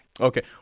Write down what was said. Okay